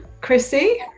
Chrissy